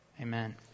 Amen